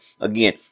Again